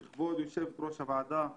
כבוד יושבת-ראש הוועדה,